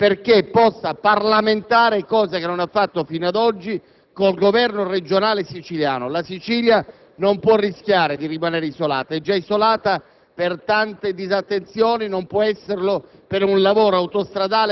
intervenire presso l'ANAS affinché possa parlamentare, cosa che non ha fatto fino ad oggi, con il Governo regionale siciliano. La Sicilia non può rischiare di rimanere isolata, è già isolata